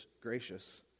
gracious